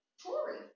Tory